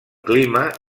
clima